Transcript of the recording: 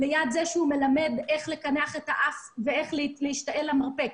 ליד זה שהוא מלמד איך לקנח את האף ואיך להשתעל למרפק,